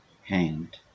hand